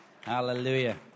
Hallelujah